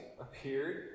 appeared